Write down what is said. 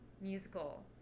musical